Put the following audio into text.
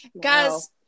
Guys